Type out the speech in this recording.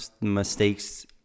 mistakes